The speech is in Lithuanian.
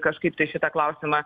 kažkaip tai šitą klausimą